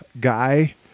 guy